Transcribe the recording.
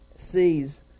sees